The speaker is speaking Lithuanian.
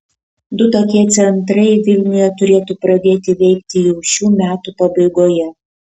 du tokie centrai vilniuje turėtų pradėti veikti jau šių metų pabaigoje